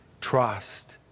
trust